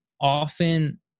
often